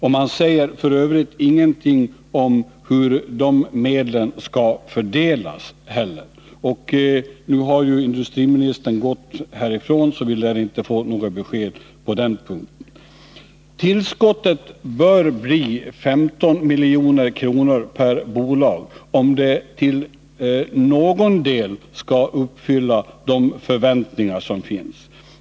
Men man säger ingenting om hur de medlen skall fördelas. Nu har ju industriministern gått härifrån, så vi lär inte få något besked på den punkten. Tillskottet bör bli 15 milj.kr. per bolag, om det till någon del skall motsvara ställda förväntningar.